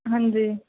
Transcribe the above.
ਹਾਂਜੀ